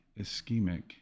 ischemic